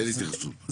אין התייחסות.